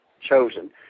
chosen